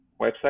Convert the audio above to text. website